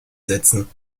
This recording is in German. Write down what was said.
setzen